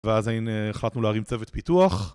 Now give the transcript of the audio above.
ואז הנה החלטנו להרים צוות פיתוח